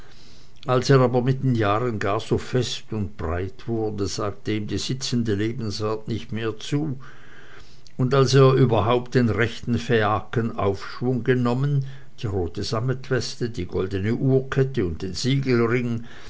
als er aber mit den jahren gar so fest und breit wurde sagte ihm die sitzende lebensart nicht mehr zu und als er überhaupt den rechten phäakenaufschwung genommen die rote sammetweste die goldene uhrkette und den siegelring